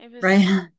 Right